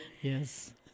Yes